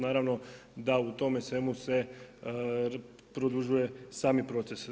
Naravno da u tome svemu se produžuje sami proces.